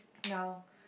now